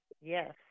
Yes